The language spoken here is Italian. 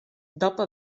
dopo